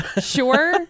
Sure